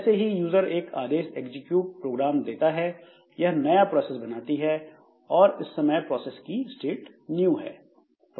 जैसे ही यूजर एक आदेश एग्जिक्यूट प्रोग्राम देता है यह नया प्रोसेस बनाती है और इस समय प्रोसेस की स्टेट न्यू है